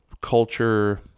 culture